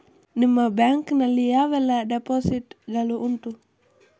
ನಿಮ್ಮ ಬ್ಯಾಂಕ್ ನಲ್ಲಿ ಯಾವೆಲ್ಲ ಡೆಪೋಸಿಟ್ ಗಳು ಉಂಟು?